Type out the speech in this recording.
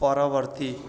ପରବର୍ତ୍ତୀ